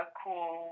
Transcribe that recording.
cool